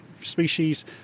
species